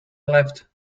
left